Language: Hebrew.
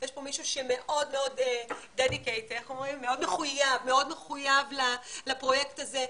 יש פה מישהו שמאוד מאוד מחויב לפרויקט הזה.